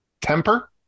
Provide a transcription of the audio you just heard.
Temper